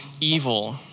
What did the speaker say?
evil